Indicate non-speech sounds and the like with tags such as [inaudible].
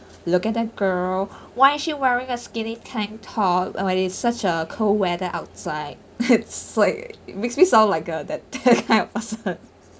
look at that girl why she wearing a skinny tank top when it's such a cold weather outside [laughs] it's like makes me sound like a that that kind [laughs] of person